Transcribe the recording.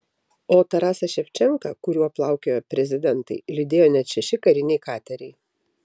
o tarasą ševčenką kuriuo plaukiojo prezidentai lydėjo net šeši kariniai kateriai